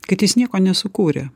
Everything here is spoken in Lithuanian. kad jis nieko nesukūrė